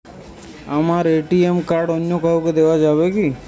আমার ATM card অন্য কাউকে দেওয়া যাবে কি?